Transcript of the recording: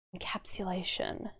encapsulation